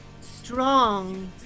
strong